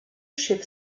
schiff